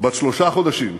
בת שלושה חודשים,